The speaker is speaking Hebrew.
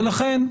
ולכן,